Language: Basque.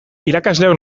irakasleok